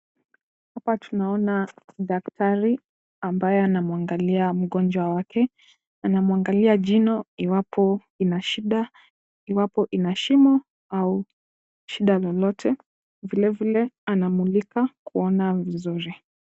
Hapa tunaona daktari ambaye anamwangalia mgonjwa wake. Anamwangalia jino iwapo lina shida, iwapo lina shimo au shida lolote vilevile anamulika kuona vizuri.